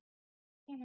कुछ तरीके हैं